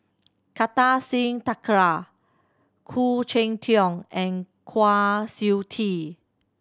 Kartar Singh Thakral Khoo Cheng Tiong and Kwa Siew Tee